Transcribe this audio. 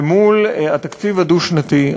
ומול התקציב הדו-שנתי,